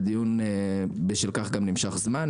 והדיון גם נמשך זמן בשל כך.